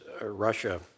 Russia